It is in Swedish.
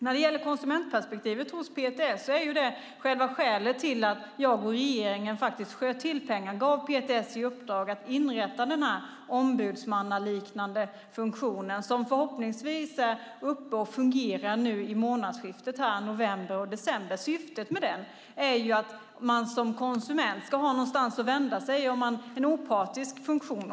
När det gäller konsumentperspektivet hos PTS är det själva skälet till att jag och regeringen faktiskt sköt till pengar och gav PTS i uppdrag att inrätta denna ombudsmannaliknande funktion som förhoppningsvis kommer att fungera i månadsskiftet november/december. Syftet med den är att man som konsument ska ha en opartisk funktion att vända sig till.